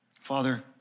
Father